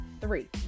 Three